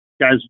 guys